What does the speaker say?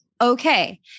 okay